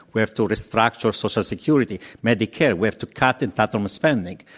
we have to restructure social security, medicare. we have to cut entitlement spending.